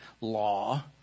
law